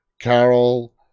Carol